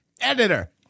editor